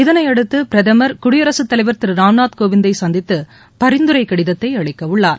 இதனையடுத்து பிரதமர் குடியரசுத் தலைவர் திரு ராம்நாத் கோவிந்தை சந்தித்து பரிந்துரை கடிதத்தை அளிக்கவுள்ளார்